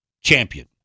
champion